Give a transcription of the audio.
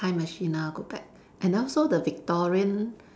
time machine ah go back and also the Victorian